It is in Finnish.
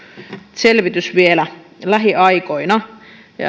selvitys vielä lähiaikoina